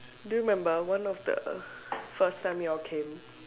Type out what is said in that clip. do you remember one of the first time you all came